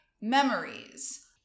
memories